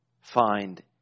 find